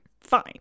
fine